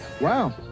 Wow